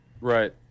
Right